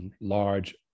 large